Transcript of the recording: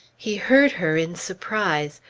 he heard her in surprise,